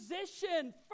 position